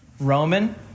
Roman